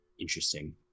Interesting